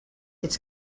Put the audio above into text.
its